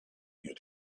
here